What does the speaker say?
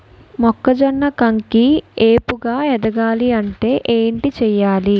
మొక్కజొన్న కంకి ఏపుగ ఎదగాలి అంటే ఏంటి చేయాలి?